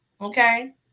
Okay